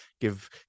give